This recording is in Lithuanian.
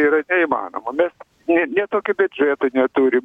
yra neįmanoma mes nė nė tokio biudžeto neturim